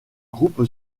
groupe